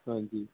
ਹਾਂਜੀ